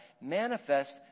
manifest